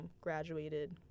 graduated